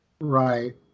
Right